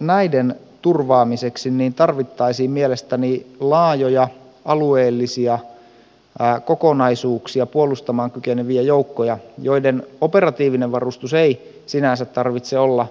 näiden turvaamiseksi tarvittaisiin mielestäni laajoja alueellisia kokonaisuuksia puolustamaan kykeneviä joukkoja joiden operatiivisen varustuksen ei sinänsä tarvitse olla